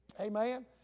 Amen